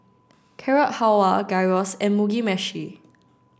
Carrot Halwa Gyros and Mugi Meshi